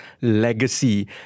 legacy